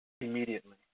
Immediately